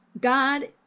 God